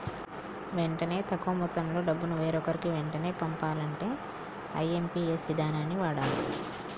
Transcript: వెంటనే తక్కువ మొత్తంలో డబ్బును వేరొకరికి వెంటనే పంపాలంటే ఐ.ఎమ్.పి.ఎస్ ఇదానాన్ని వాడాలే